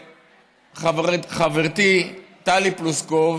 חברתי טלי פלוסקוב